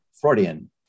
Freudian